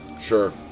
Sure